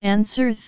Answer